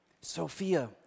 Sophia